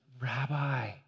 Rabbi